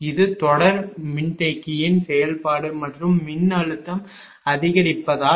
இது தொடர் மின்தேக்கியின் செயல்பாடு மற்றும் மின்னழுத்தம் அதிகரிப்பதால்